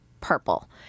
purple